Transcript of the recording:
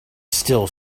still